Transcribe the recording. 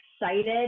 excited